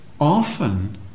Often